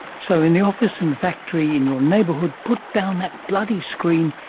so in the office, in the factory, in your neighbourhood, put down that bloody screen,